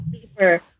Super